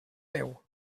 déu